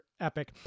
epic